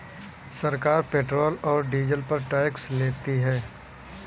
सरकार पेट्रोल और डीजल पर टैक्स लेती है